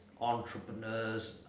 entrepreneurs